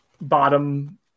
bottom